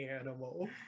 animal